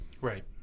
Right